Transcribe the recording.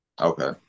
Okay